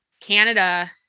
Canada